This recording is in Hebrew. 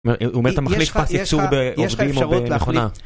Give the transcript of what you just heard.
זאת אומרת, אתה מחליף פס יצור בעובדים או במכונה.